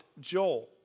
Joel